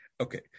Okay